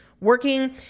working